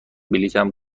بلیطم